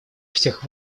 всех